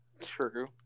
True